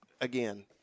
again